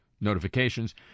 notifications